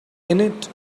innit